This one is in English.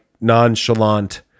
nonchalant